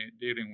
dealing